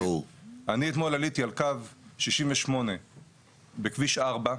אני אתמול עליתי על קו 68 בכביש 4,